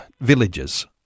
villages